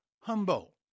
humble